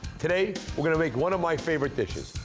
today, we're gonna make one of my favorite dishes.